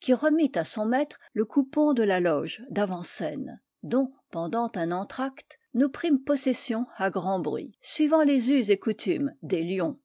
qui remit à son maître le coupon de la loge d'avantscène dont pendant un entr'acte nous prîmes possession à grand bruit suivant les us et coutumes des lions